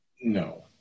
No